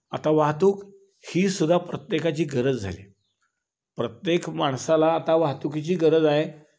आता वाहतूक ही सुद्धा प्रत्येकाची गरज झाली आहे प्रत्येक माणसाला आता वाहतुकीची गरज आहे